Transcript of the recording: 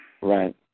Right